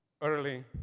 Early